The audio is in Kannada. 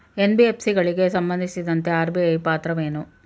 ಎನ್.ಬಿ.ಎಫ್.ಸಿ ಗಳಿಗೆ ಸಂಬಂಧಿಸಿದಂತೆ ಆರ್.ಬಿ.ಐ ಪಾತ್ರವೇನು?